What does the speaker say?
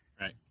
right